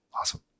Awesome